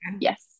yes